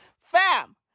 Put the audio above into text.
fam